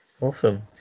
Awesome